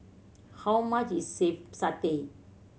how much is satay